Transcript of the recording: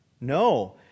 No